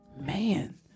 Man